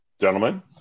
gentlemen